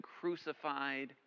crucified